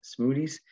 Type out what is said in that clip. smoothies